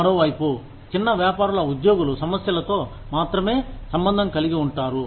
మరోవైపు చిన్న వ్యాపారాల ఉద్యోగుల సమస్యలతో మాత్రమే సంబంధం కలిగి ఉంటాయి